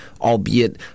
albeit